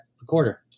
recorder